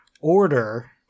order—